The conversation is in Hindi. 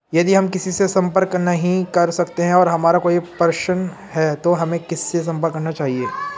यदि हम किसी से संपर्क नहीं कर सकते हैं और हमारा कोई प्रश्न है तो हमें किससे संपर्क करना चाहिए?